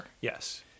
Yes